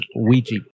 Ouija